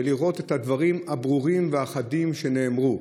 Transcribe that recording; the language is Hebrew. ולראות את הדברים הברורים והחדים שנאמרו.